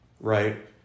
right